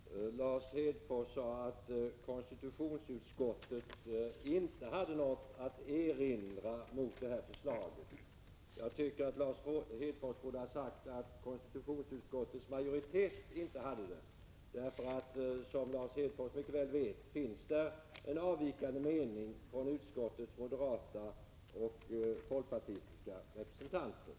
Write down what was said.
Herr talman! Lars Hedfors sade att konstitutionsutskottet inte hade någonting att erinra mot förslaget. Jag tycker att Lars Hedfors borde ha sagt att konstitutionsutskottets majoritet inte hade det. Som Lars Hedfors mycket väl vet finns det en avvikande mening från utskottets moderata och folkpartistiska representanter.